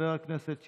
חבר הכנסת שיקלי,